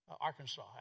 Arkansas